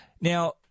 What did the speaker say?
Now